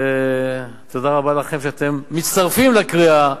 ותודה רבה לכם שאתם מצטרפים לקריאה.